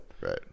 Right